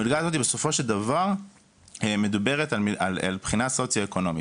המלגה הזאת בסופו של דבר מדוברת על בחינה סוציו-אקונומית.